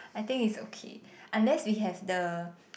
I think it's okay unless we have the